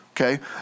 Okay